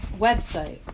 website